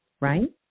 Right